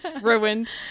Ruined